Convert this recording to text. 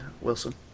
Wilson